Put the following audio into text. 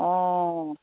অঁ